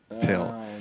pill